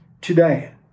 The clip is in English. today